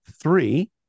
Three